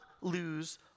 lose